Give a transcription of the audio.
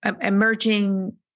emerging